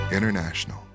International